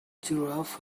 giraffe